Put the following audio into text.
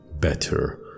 better